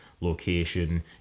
location